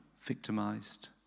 victimized